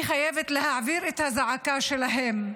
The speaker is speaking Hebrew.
אני חייבת להעביר את הזעקה שלהם,